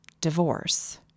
divorce